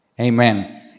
Amen